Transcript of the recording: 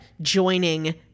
joining